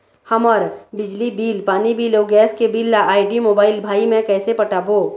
हमर बिजली बिल, पानी बिल, अऊ गैस के पैसा ला आईडी, मोबाइल, भाई मे कइसे पटाबो?